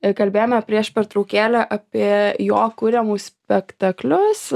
ir kalbėjome prieš pertraukėlę apie jo kuriamus spektaklius